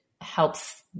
helps